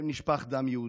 שבהם נשפך דם יהודי,